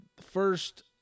first